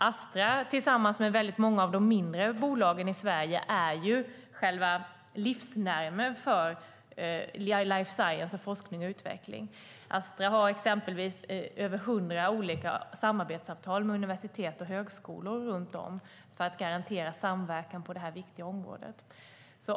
Astra tillsammans med många av de mindre bolagen i Sverige är ju själva livsnerven för life science och forskning och utveckling. Astra har exempelvis över hundra olika samarbetsavtal med universitet och högskolor för att garantera samverkan på detta viktiga område.